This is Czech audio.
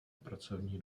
pracovní